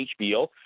HBO